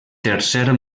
tercer